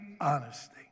honesty